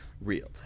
real